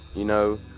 you know,